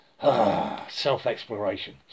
Self-exploration